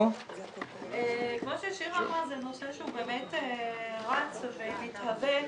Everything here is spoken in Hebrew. כמו ששירה אמרה, זה נושא שבאמת רץ ומתהווה.